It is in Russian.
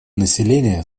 населения